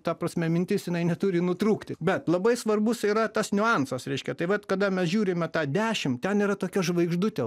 ta prasme mintis jinai neturi nutrūkti bet labai svarbus yra tas niuansas reiškia tai vat kada mes žiūrime tą dešimt ten yra tokia žvaigždutė